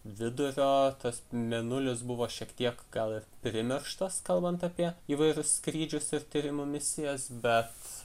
vidurio tas mėnulis buvo šiek tiek gal ir primirštas kalbant apie įvairius skrydžius ir tyrimų misijas bet